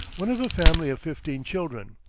one of a family of fifteen children,